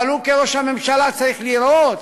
אבל הוא כראש ממשלה צריך לראות